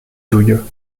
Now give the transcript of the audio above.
dieu